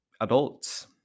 Adults